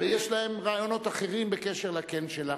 ויש להם רעיונות אחרים בקשר ל"כן" שלך,